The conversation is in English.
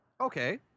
Okay